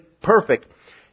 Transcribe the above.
perfect